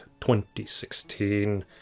2016